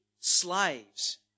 slaves